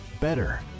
better